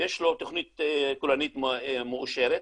יש לו תוכנית כוללנית מאושרת,